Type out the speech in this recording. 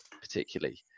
particularly